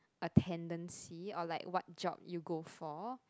a tendency or like what job you go for